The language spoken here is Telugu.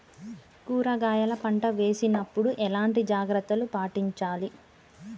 కూరగాయల పంట వేసినప్పుడు ఎలాంటి జాగ్రత్తలు పాటించాలి?